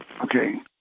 Okay